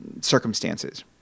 circumstances